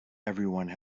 everyone